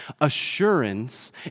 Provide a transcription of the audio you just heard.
Assurance